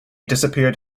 disappeared